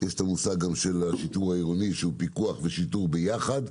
יש המושג של השיטור העירוני שהוא פיקוח ושיטור ביחד,